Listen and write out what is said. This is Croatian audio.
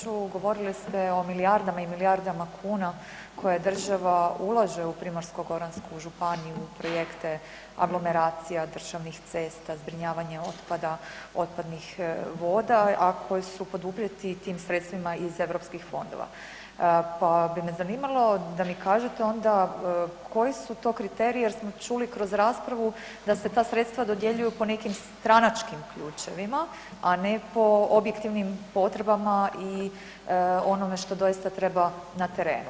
Kolega Boriću govorili ste o milijardama i milijardama kuna koje država ulaže u Primorsko-goransku županiju u projekte aglomeracija, državnih cesta, zbrinjavanje otpada, otpadnih voda, a koji su poduprijeti tim sredstvima iz eu fondova, pa bi me zanimalo da mi kažete onda koji su to kriteriji jer smo čuli kroz raspravu da se ta sredstva dodjeljuju po nekim stranačkim ključevima, a ne po objektivnim potrebama i onome što doista treba na terenu.